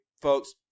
Folks